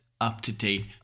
up-to-date